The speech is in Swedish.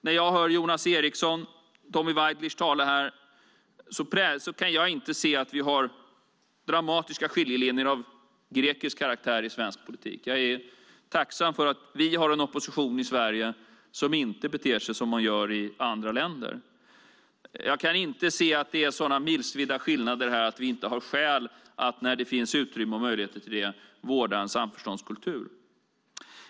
När jag hör Jonas Eriksson och Tommy Waidelich tala här kan jag inte se att vi har dramatiska skiljelinjer av grekisk karaktär i svensk politik. Jag är tacksam för att vi har en opposition i Sverige som inte beter sig som man gör i andra länder. Jag kan inte se att det är så milsvida skillnader här att vi inte har skäl att när det finns utrymme och möjligheter till det vårda en samförståndskultur.